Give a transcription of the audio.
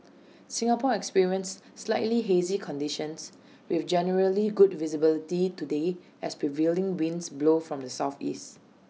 Singapore experienced slightly hazy conditions with generally good visibility today as prevailing winds blow from the Southeast